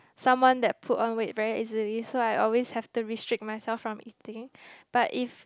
someone that put on weight very easily so I always have to restrict myself from eating but if